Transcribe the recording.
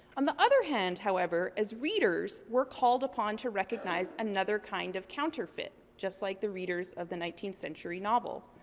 on the other hand, however, as readers, we're called upon to recognize another kind of counterfeit. just like the readers of the nineteenth century novel.